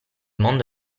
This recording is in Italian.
mondo